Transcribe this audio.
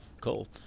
cool